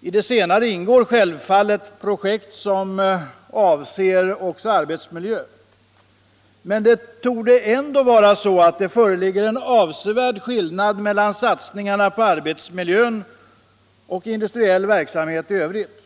I det begreppet ingår självfallet projekt som avser också arbetsmiljö, men det torde ändå föreligga en avsevärd skillnad mellan satsningarna på arbetsmiljön och industriell verksamhet i övrigt.